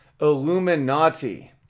Illuminati